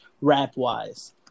rap-wise